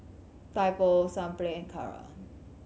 Typo Sunplay and Kara